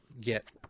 get